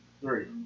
Three